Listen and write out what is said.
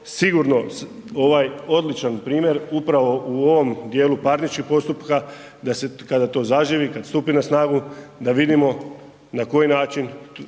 sigurno ovaj odličan primjer upravo u ovom dijelu parničnog postupka, da se kada to zaživi kada stupi na snagu da vidimo na koji način